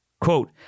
Quote